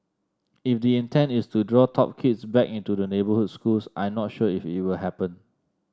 if the intent is to draw top kids back into the neighbourhood schools I'm not sure if it will happen